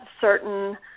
certain